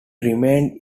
remained